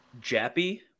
Jappy